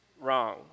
wrong